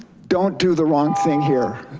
don't do the wrong thing here.